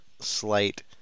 slight